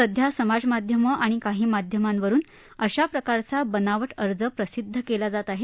सध्या समाजमाध्यमं आणि माध्यमांवरून अशा प्रकारचा बनावट अर्ज प्रसिद्ध केला जात आहे